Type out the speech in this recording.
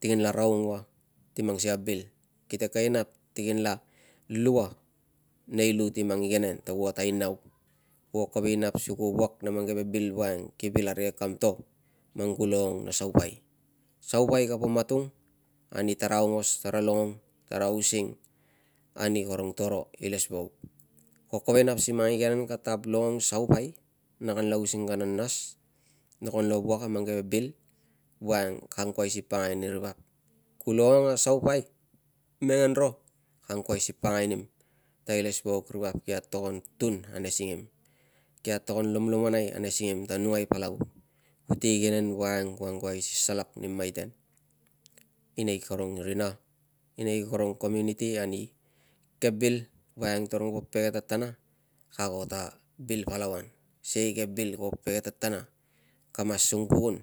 Ti kinla raung ua ti mang sikei a bil, kite ken nap ti kianla lu ua nei lu ti mang igenen ta kuo tainau, kuo kovek i nap si ku wuak na mang keve bil voiang ki vil arikek kam to man ku longong a saupai. Saupai kapo matung ani tara aungos tara longong, tara using ani karong to ro ilesvauk. Ko kovek i mang sikei a igene ka tav longong saupai na kanla using kana nas, na kuan lo wuak a mang keve bil voiang ka angkuai si pakangai ani ri vap. Ku longong a saupai, mengen ro ka angkuai si ka pakangai nimm ta ilesvauk ri vap ki atogon tun ane singim, ki atogon lomlomonai ane singim ta numai palau kute igenen voiang kute angkuai si asalak ani maiten i nei karung rina, i nei karung community ani ke bil voiang tarung po pege tatana ka ago ta bil palau an, sikei ke bil kuo pege tatana kamas sung pukun